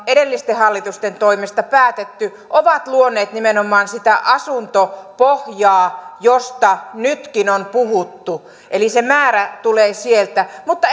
edellisten hallitusten toimesta päätetty ovat luoneet nimenomaan sitä asuntopohjaa josta nytkin on puhuttu eli se määrä tulee sieltä mutta